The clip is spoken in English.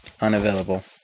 unavailable